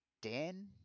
Dan